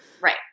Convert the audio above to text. Right